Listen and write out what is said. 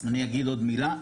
אני אגיד עוד מילה.